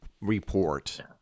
report